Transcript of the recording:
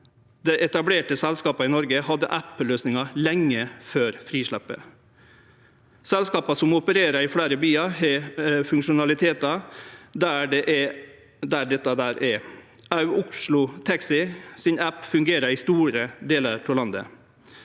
Dei etablerte selskapa i Noreg hadde appløysingar lenge før frisleppet. Selskapa som opererer i fleire byar, har funksjonalitetar der dette er. Oslo Taxi sin app fungerer òg i store delar av landet